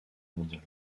mondiale